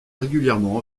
régulièrement